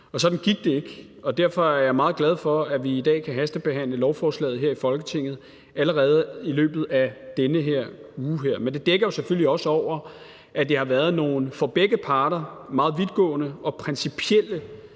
Sådan gik det ikke. Derfor er jeg meget glad for, at vi kan hastebehandle lovforslagene her i Folketinget allerede i løbet af den her uge. Men det dækker jo selvfølgelig også over, at det for begge parter har været nogle meget vidtgående og principielle